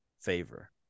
favor